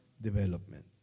development